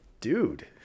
dude